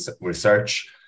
Research